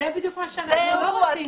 זה בדיוק מה שאנחנו לא רוצים.